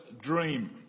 dream